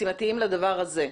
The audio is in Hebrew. משימתיים לדבר הזה,